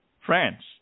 France